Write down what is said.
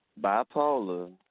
Bipolar